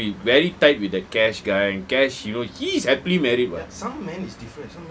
he was with very tight with the cash cash you know he's happily married [what]